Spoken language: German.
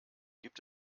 gibt